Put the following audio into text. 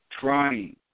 trying